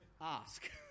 ask